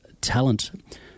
talent